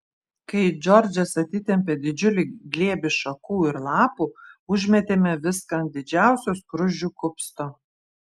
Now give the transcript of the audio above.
kai džordžas atitempė didžiulį glėbį šakų ir lapų užmėtėme viską ant didžiausio skruzdžių kupsto